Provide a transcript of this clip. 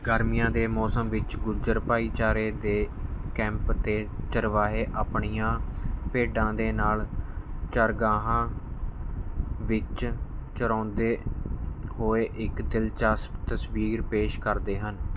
ਗਰਮੀਆਂ ਦੇ ਮੌਸਮ ਵਿੱਚ ਗੁੱਜਰ ਭਾਈਚਾਰੇ ਦੇ ਕੈਂਪ 'ਤੇ ਚਰਵਾਹੇ ਆਪਣੀਆਂ ਭੇਡਾਂ ਦੇ ਨਾਲ ਚਰਗਾਹਾਂ ਵਿੱਚ ਚਰਾਉਂਦੇ ਹੋਏ ਇੱਕ ਦਿਲਚਸਪ ਤਸਵੀਰ ਪੇਸ਼ ਕਰਦੇ ਹਨ